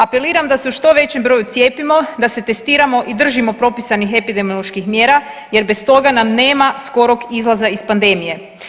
Apeliram da se u što većem broju cijepimo, da se testiramo i držimo propisanih epidemioloških mjera jer bez toga nam nema izlaza iz pandemije.